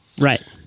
Right